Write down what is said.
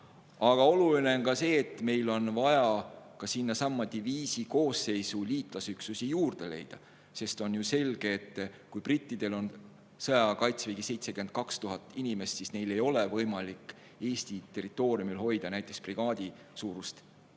Aga oluline on ka see, et meil on vaja diviisi koosseisu liitlasüksusi juurde leida, sest on ju selge, et kui brittidel on sõjaaja kaitsevägi 72 000 inimest, siis neil ei ole võimalik Eesti territooriumil hoida näiteks brigaadisuurust